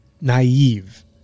naive